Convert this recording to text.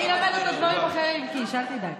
אני אלמד אותו דברים אחרים, קיש, אל תדאג.